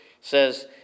says